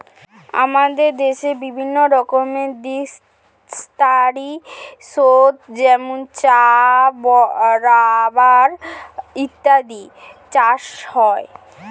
আমাদের দেশে বিভিন্ন রকমের দীর্ঘস্থায়ী শস্য যেমন চা, রাবার ইত্যাদির চাষ হয়